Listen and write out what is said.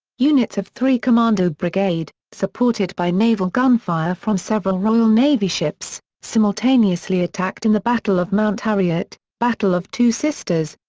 units of three commando brigade, supported by naval gunfire from several royal navy ships, simultaneously attacked in the battle of mount harriet, battle of two sisters,